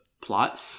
plot